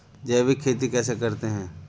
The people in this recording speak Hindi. जैविक खेती कैसे करते हैं?